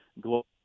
global